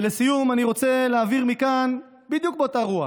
ולסיום, אני רוצה להעביר מכאן, בדיוק באותה רוח,